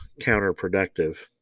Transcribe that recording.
counterproductive